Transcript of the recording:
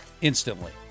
instantly